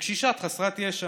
בקשישה חסרת ישע.